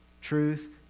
truth